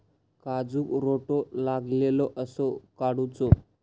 काजूक रोटो लागलेलो कसो काडूचो?